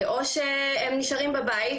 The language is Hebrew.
או שהם נשארים בבית,